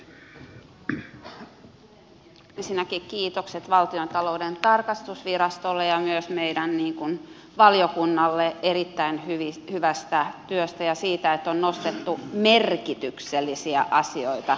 ensinnäkin kiitokset valtiontalouden tarkastusvirastolle ja myös meidän valiokunnallemme erittäin hyvästä työstä ja siitä että on nostettu merkityksellisiä asioita tarkasteluun